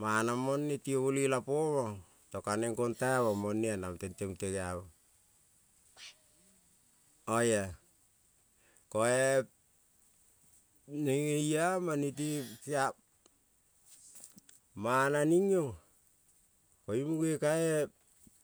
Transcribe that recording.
mane mone ti-io bolela po-mang tong kaneng gonta mang mone-a na tente mute gea mong, oia ko-e nenge i-ama nete kea mana ning iong koiung muge ka-e.